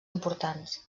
importants